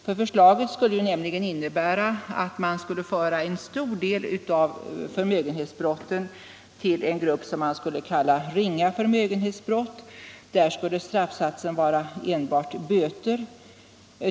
Förslaget skulle då innebära att en stor del av förmögenhetsbrotten förs till en grupp som skulle kallas ringa förmögenhetsbrott. Där skulle straffsatsen vara enbart böter.